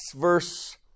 verse